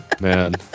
Man